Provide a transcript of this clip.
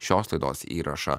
šios laidos įrašą